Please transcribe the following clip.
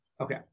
Okay